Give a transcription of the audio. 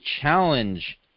challenge